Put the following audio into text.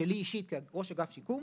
שלי אישית, כראש אגף שיקום